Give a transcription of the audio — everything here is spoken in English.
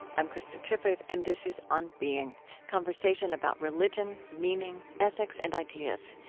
i'm krista tippett, and this is on being conversation about religion, meaning, ethics, and ideas.